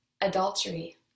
adultery